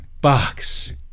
box